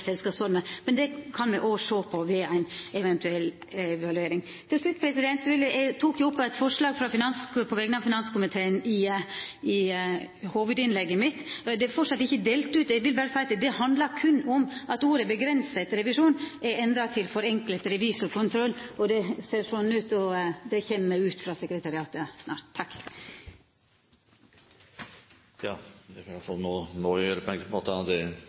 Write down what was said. selskapsformer, men foreslår ikkje endringar i andre selskapsformer. Men det kan me òg sjå på ved ei eventuell evaluering. Til slutt: Eg tok opp eit forslag på vegner av finanskomiteen i hovudinnlegget mitt. Det er ennå ikkje delt ut. Eg vil berre seia at det handlar berre om at «begrenset revisjon» er endra til «forenklet revisorkontroll». Det kjem ut frå sekretariatet snart. Presidenten kan i hvert fall nå